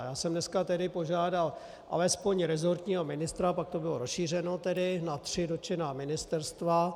Já jsem dneska tedy požádal alespoň rezortního ministra, pak to bylo rozšířeno tedy na tři dotčená ministerstva.